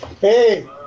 Hey